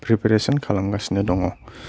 preparation खालामगासिनो दङ